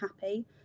happy